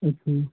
ਅੱਛਾ ਜੀ